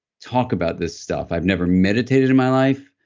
talk about this stuff. i've never meditated in my life,